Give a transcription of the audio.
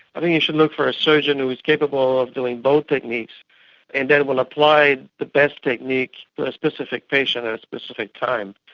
i think you should look for a surgeon who is capable of doing both techniques and they will apply the best technique for a specific patient at a specific time.